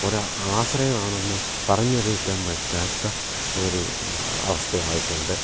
ഒരു ആശ്രയമാണെന്ന് പറഞ്ഞറിയിക്കാൻ പറ്റാത്ത ഒരു അവസ്ഥയ ആയിട്ടുണ്ട്